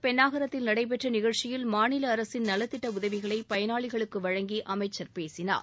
பென்னாகரத்தில் நடைபெற்ற நிகழ்ச்சியில் மாநில அரசின் நலத்திட்ட உதவிகளை பயனாளிகளுக்கு வழங்கி அமைச்சர் பேசினார்